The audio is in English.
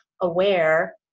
aware